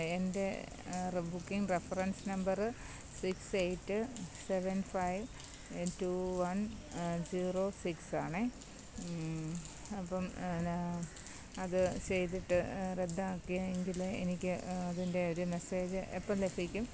എൻ്റെ റ booking reference number six eight seven five two one zero six ആണ് അപ്പം അത് ചെയ്തിട്ട് റദ്ദാക്കീയെങ്കിൽ എനിക്ക് അതിൻ്റെ ഒരു മെസ്സേജ് എപ്പം ലഭിക്കും